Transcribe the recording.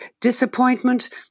disappointment